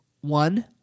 One